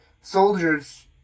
soldiers